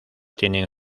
tienen